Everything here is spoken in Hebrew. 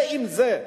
זה עם זה.